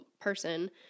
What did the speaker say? person